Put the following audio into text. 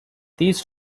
these